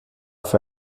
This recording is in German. für